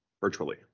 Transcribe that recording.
virtually